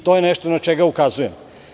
To je nešto na šta ukazujem.